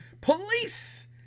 Police